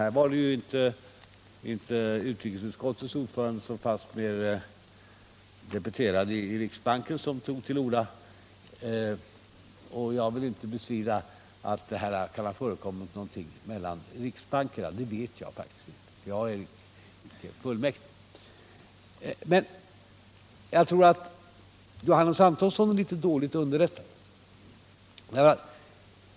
Här var det ju inte utrikesutskottets ordförande utan fastmer riksbanksfullmäktiges vice ordförande som tog till orda. Jag vill inte bestrida att det kan ha förekommit någon kontakt mellan riksbankerna — det vet jag faktiskt inte, jag är inte riksbanksfullmäktig. Men jag tror att Johannes Antonsson är litet dåligt underrättad.